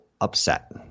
upset